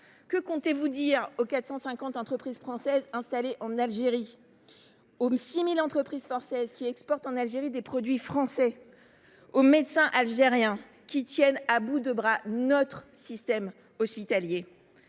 Que comptez vous dire aux 450 entreprises françaises installées en Algérie ? Aux 6 000 entreprises françaises qui y exportent des produits français ? Aux médecins algériens qui tiennent à bout de bras notre système hospitalier ?